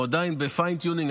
אנחנו עדיין ב-fine tuning,